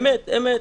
אמת.